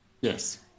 Yes